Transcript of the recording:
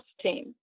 team